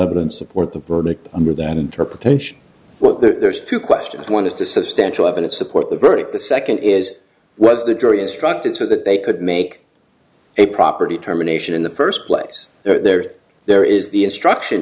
evidence support the verdict under that interpretation what there's two questions one is to substantial evidence support the verdict the second is what the jury instructed so that they could make a property terminations in the first place there's there is the instruction